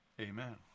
Amen